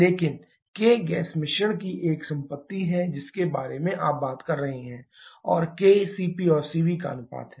लेकिन k gas मिश्रण की एक संपत्ति है जिसके बारे में आप बात कर रहे हैं और k CP और Cv का अनुपात है